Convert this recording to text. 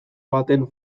baten